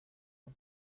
are